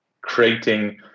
creating